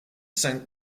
sank